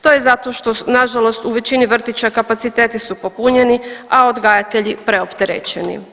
To je zato što nažalost u većini vrtića kapaciteti su popunjeni, a odgajatelji preopterećeni.